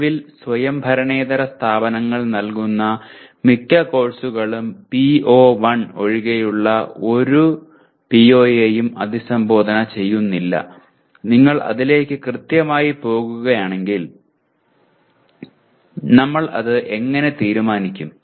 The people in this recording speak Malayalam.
നിലവിൽ സ്വയംഭരണേതര സ്ഥാപനങ്ങൾ നൽകുന്ന മിക്ക കോഴ്സുകളും PO1 ഒഴികെയുള്ള ഒരു PO യെയും അഭിസംബോധന ചെയ്യുന്നില്ല നിങ്ങൾ അതിലേക്കു ക്ര്യത്യമായി പോകുകയാണെങ്കിൽ ഞങ്ങൾ അത്എങ്ങനെ തീരുമാനിക്കും